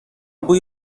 بوی